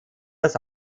das